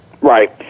Right